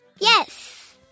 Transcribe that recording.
Yes